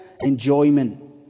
enjoyment